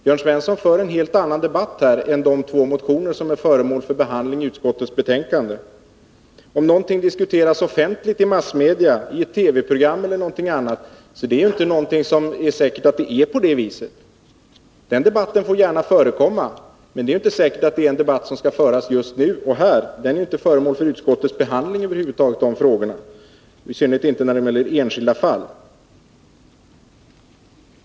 Jörn Svensson för en helt annan debatt här än i de två motioner som är föremål för behandling i utskottets betänkande. Om någonting diskuteras offentligt i massmedia, i TV-program eller något annat, är det inte säkert att förhållandena är sådana som de där framställs. Den debatten får gärna förekomma, men det är inte säkert att det är en debatt som skall föras just nu och här. De frågorna är inte föremål för utskottets behandling över huvud taget, i synnerhet inte när det gäller enskilda fall.